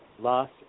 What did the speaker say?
Loss